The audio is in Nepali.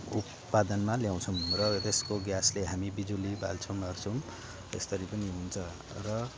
उत्पादनमा ल्याउँछौँ र त्यसको ग्यासले हामी बिजुली बाल्छौँ ओर्छौँ यसरी पनि हुन्छ र